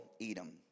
Edom